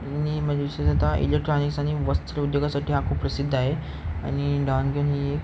आणि म्हणजे विशेषत इलेक्ट्रॉनिक्स आणि वस्त्र उद्योगासाठी हा खूप प्रसिद्ध आहे आणि डॉनगीन ही